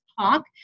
talk